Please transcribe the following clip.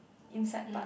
inside part